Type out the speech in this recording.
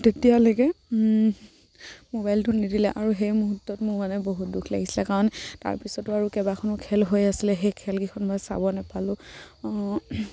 তেতিয়ালৈকে মোবাইলটো নিদিলে আৰু সেই মুহূৰ্তত মোৰ মানে বহুত দুখ লাগিছিলে কাৰণ তাৰপিছতো আৰু কেবাখনো খেল হৈ আছিলে সেই খেলকেইখন মই চাব নেপালোঁ